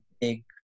big